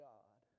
God